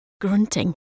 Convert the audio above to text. grunting